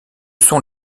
sont